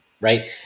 right